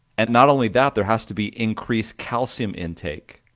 and not only that, there has to be increased calcium intake,